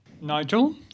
Nigel